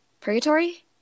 Purgatory